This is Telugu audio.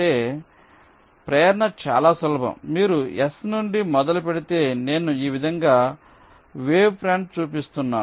కాబట్టి ప్రేరణ చాలా సులభం మీరు S నుండి మొదలుపెడితే నేను ఈ విధంగా వేవ్ ఫ్రంట్ చూపిస్తున్నాను